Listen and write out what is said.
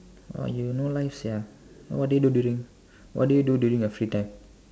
!wah! you no life sia what do you do during what do you do during your free time